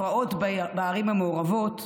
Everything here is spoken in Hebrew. הפרעות בערים המעורבות,